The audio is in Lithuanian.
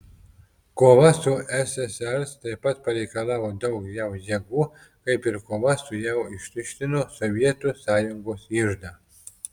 kova su ssrs taip pat pareikalavo daug jav jėgų kaip ir kova su jav ištuštino sovietų sąjungos iždą